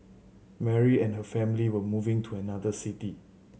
Mary and her family were moving to another city